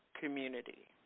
community